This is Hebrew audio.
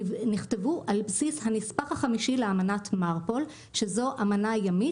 נכתבו על בסיס הנספח החמישי לאמנת מרפול שזו אמנה ימית